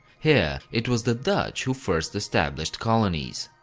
here, it was the dutch who first established colonies.